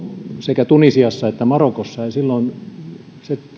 sekä tunisiassa että marokossa ja ja silloin se